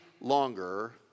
longer